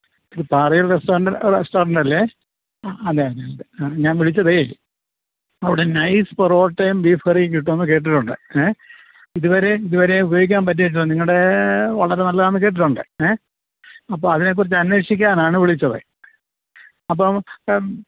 ഇത് പാറയിൽ restaurant restaurant അല്ലേ അതെ അതെ അതെ ഞാൻ വിളിച്ചതേ അവിടെ നൈസ് പൊറോട്ടയും ബീഫ് കറിയും കിട്ടുമെന്ന് കേട്ടിട്ടുണ്ട് ഏ ഇതുവരെയും ഇതുവരെയും ഉപയോഗിക്കാൻ പറ്റിയിട്ടില്ല നിങ്ങളുടെ വളരെ നല്ലതാണെന്ന് കേട്ടിട്ടുണ്ട് ഏ അപ്പോൾ അതിനെക്കുറിച്ച് അന്വേഷിക്കാനാണ് വിളിച്ചത് അപ്പം